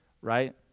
right